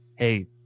hey